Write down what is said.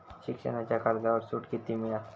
शिक्षणाच्या कर्जावर सूट किती मिळात?